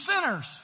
sinners